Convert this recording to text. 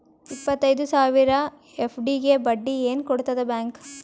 ಇಪ್ಪತ್ತೈದು ಸಾವಿರ ಎಫ್.ಡಿ ಗೆ ಬಡ್ಡಿ ಏನ ಕೊಡತದ ಬ್ಯಾಂಕ್?